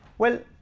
well,